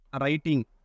Writing